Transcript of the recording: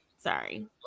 Sorry